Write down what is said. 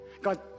God